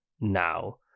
now